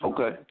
Okay